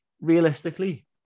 realistically